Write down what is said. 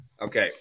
Okay